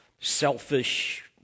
selfish